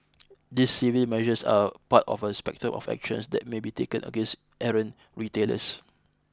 these civil measures are part of a spectrum of actions that may be taken against errant retailers